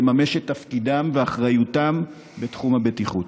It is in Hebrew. לממש את תפקידם ואחריותם בתחום הבטיחות.